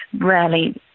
rarely